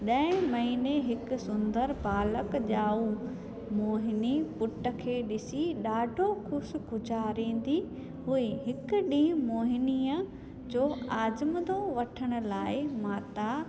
ॾहें महीने हिकु सुंदर बालक ॼाओ मोहिनी पुट खे ॾिसी ॾाढो ख़ुशि गुज़ारींदी हुई हिकु ॾींहुं मोहिनीअ जो आज़मूदो वठण लाइ माता